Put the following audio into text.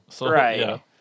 Right